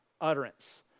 utterance